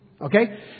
Okay